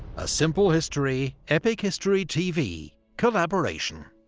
a simple history epic history tv collaboration